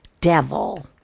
devil